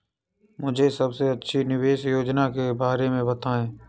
मुझे सबसे अच्छी निवेश योजना के बारे में बताएँ?